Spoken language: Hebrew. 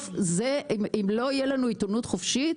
אם לא יהיה לנו עיתונות חופשית,